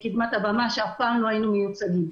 לקדמת הבמה שאף פעם לא היינו מיוצגים.